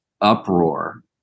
uproar